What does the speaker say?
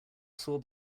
saw